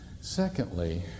Secondly